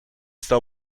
still